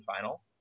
final